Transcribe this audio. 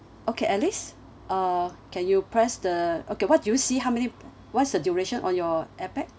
okay alice err can you press the okay what do you see how many what's the duration on your appen